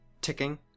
ticking